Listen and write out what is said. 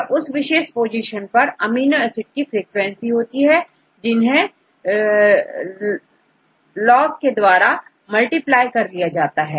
यह उस विशेष पोजीशन पर एमिनो एसिड की फ्रीक्वेंसी होती है जिसे लॉन्ग के द्वारा मल्टीप्लाई कर लिया जाता है